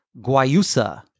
guayusa